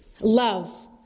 love